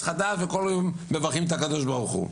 חדש וכל יום מברכים את הקדוש ברוך הוא.